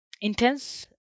intense